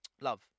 love